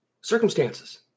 circumstances